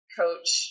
coach